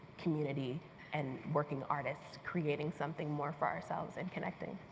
community and working artists creating something more for ourselves and connecting.